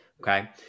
Okay